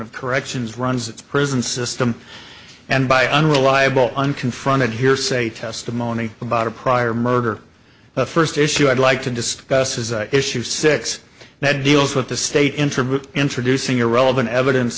of corrections runs its prison system and by unreliable unconfronted hearsay testimony about a prior murder the first issue i'd like to discuss is issue six that deals with the state interview introducing irrelevant evidence